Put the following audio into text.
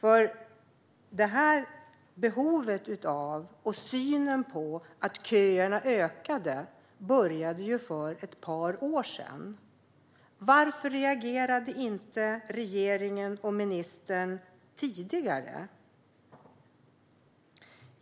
Synen på behovet av vård och att köerna har blivit längre började för ett par år sedan. Varför reagerade inte regeringen och ministern tidigare?